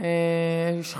שמאל ולא ימין.